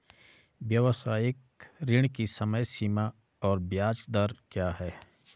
व्यावसायिक ऋण की समय सीमा और ब्याज दर क्या है?